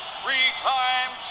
three-time